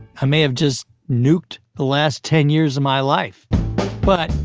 i may have just nuked the last ten years of my life but,